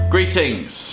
Greetings